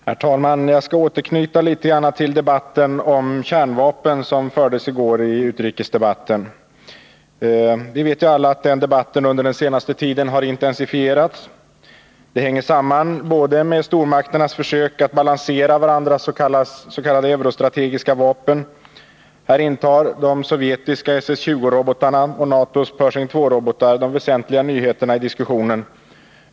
Herr talman! Jag skall anknyta något till vad som sades om kärnvapen i går i utrikesdebatten. Vi vet ju alla att debatten om kärnvapen har intensifierats under den senaste tiden. Det hänger samman med stormakternas försök att balansera varandras s.k. eurostrategiska vapen. Här innebär de sovjetiska SS20-robotarna och NATO:s Pershing II-robotar de väsentliga nyheterna i diskussionen.